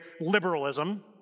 liberalism